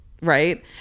Right